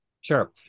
Sure